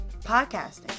podcasting